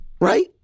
right